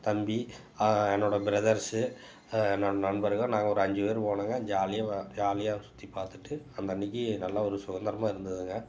தம்பி என்னோட பிரதர்ஸு என்னோட நண்பர்கள் நாங்கள் ஒரு அஞ்சு பேர் போனோங்க ஜாலியாக ஜாலியாக சுற்றி பார்த்துட்டு அந்த அன்றைக்கி நல்லா ஒரு சுதந்திரமா இருந்ததுங்க